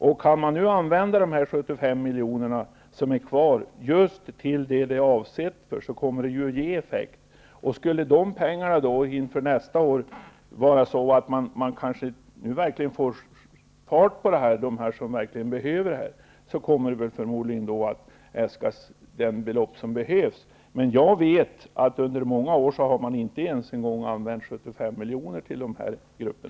Om det går att använda de 75 milj.kr. som finns kvar till just vad de är avsedda för kommer det att ge en effekt. Skulle dessa pengar inför nästa år leda till att de verkligen blir fart på dem som behöver pengarna, kommer förmodligen det belopp som behövs att äskas. Men jag vet att under många år har inte ens 75 milj.kr. använts för dessa grupper.